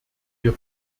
wir